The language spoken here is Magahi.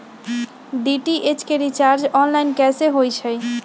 डी.टी.एच के रिचार्ज ऑनलाइन कैसे होईछई?